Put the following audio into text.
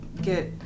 get